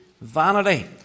vanity